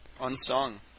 Unsung